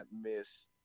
miss